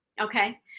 Okay